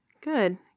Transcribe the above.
Good